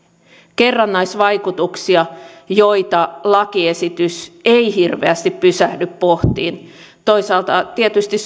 kerrannaisvaikutuksia joita lakiesitys ei hirveästi pysähdy pohtimaan toisaalta tietysti